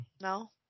No